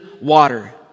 water